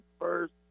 first